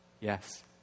yes